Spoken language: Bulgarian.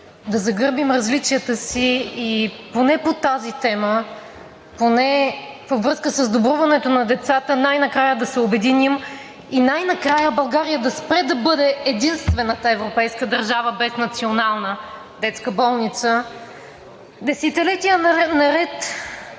да загърбим различията си и поне по тази тема, поне във връзка с добруването на децата, най-накрая да се обединим, най-накрая България да спре да бъде единствената европейска държава без Национална детска болница. Десетилетия наред